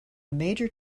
major